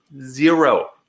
zero